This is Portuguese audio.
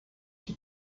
que